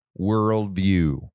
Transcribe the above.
worldview